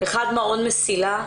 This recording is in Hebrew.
אחד זה מעון "מסילה"